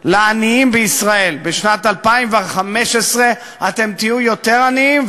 לעניים בישראל: בשנת 2015 אתם תהיו יותר עניים,